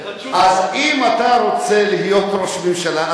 אז אם אתה רוצה להיות ראש ממשלה,